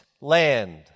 land